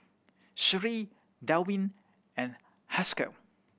Sheree Delwin and Haskell